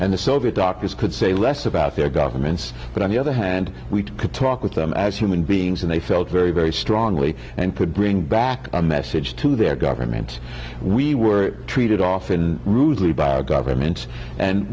and the soviet doctors could say less about their governments but on the other hand we could talk with them as human beings and they felt very very strongly and could bring back a message to their government we were treated often rudely by a government and